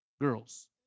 girls